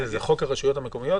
זה חוק הרשויות המקומיות?